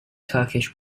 turkish